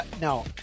no